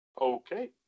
Okay